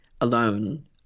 alone